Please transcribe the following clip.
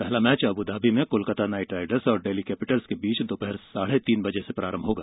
पहला match Abu Dhabi में Kolkata knight riders और डेल्ही कैपिटल्स के बीच दोपहर बाद साढे तीन बजे से खेला जाएगा